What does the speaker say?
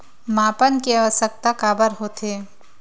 मापन के आवश्कता काबर होथे?